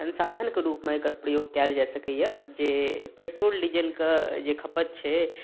संसाधनके रूपमे एकर प्रयोग कएल जा सकैए जे पेट्रोल डीजलके जे खपत छै